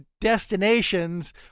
destinations